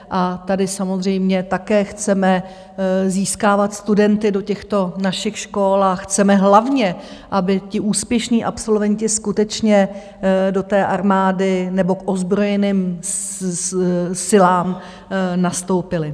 A tady samozřejmě také chceme získávat studenty do těchto našich škol a chceme hlavně, aby ti úspěšní absolventi skutečně do té armády nebo k ozbrojeným silám nastoupili.